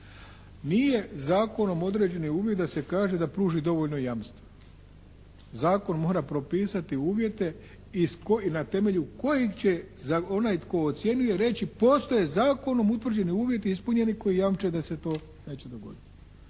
Nije zakonom određen uvjet da se kaže da pruži dovoljno jamstva. Zakon mora propisati uvjete iz kojih, na temelju kojeg će onaj koji ocjenjuje reći postoje zakonom utvrđeni uvjeti ispunjeni koji jamče da se to neće dogoditi.